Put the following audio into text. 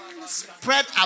spread